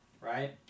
right